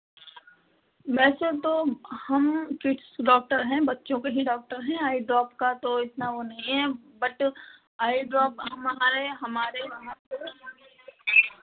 वैसे तो हम किड्स के डॉक्टर हैं बच्चों के ही डॉक्टर हैं आई ड्रॉप का तो इतना वो नहीं है बट आई ड्रॉप हम हमारे यहाँ पे